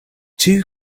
two